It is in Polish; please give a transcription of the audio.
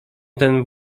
ten